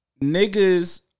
Niggas